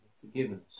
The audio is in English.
forgiveness